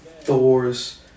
Thor's